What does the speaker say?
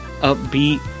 upbeat